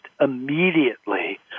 immediately